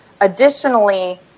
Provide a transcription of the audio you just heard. Additionally